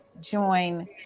join